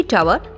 Tower